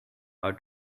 are